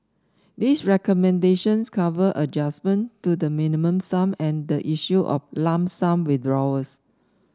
these recommendations cover adjustment to the Minimum Sum and the issue of lump sum withdrawals